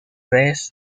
redes